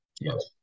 Yes